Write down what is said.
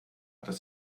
das